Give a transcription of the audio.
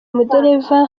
umudereva